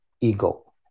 ego